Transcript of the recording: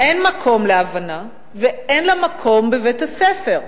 אין מקום להבנה ואין לה מקום בבית-הספר.